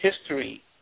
history